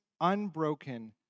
unbroken